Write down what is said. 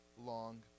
long